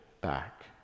back